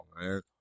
man